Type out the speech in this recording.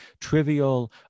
trivial